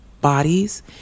bodies